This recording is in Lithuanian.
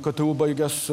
ktu baigęs